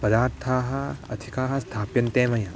पदार्थाः अधिकाः स्थाप्यन्ते मया